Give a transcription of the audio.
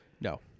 No